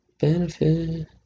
benefit